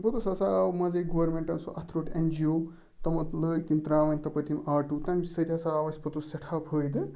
پوٚتُس ہسا آو منٛزٕے گورمنٹ سُہ اَتھ روٚٹ این جی او تمَن لٲگۍ ترٛاونۍ تَپٲرۍ تِم آٹوٗ تٔمۍ سۭتۍ ہسا آو اَسہِ پوٚتُس سٮ۪ٹھاہ فٲیدٕ